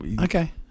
Okay